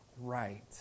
right